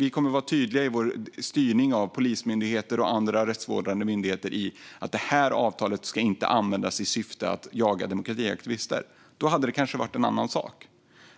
Vi kommer att vara tydliga i vår styrning av Polismyndigheten och andra rättsvårdande myndigheter med att detta avtal inte ska användas i syfte att jaga demokratiaktivister.